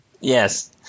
Yes